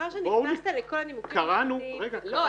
מאחר ונכנסת לנימוקים משפטיים --- לא,